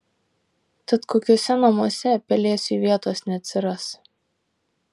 tad kokiuose namuose pelėsiui vietos neatsiras